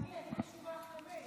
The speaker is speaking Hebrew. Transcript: לא הבנתי, אדוני, אני רשומה אחרי מאיר.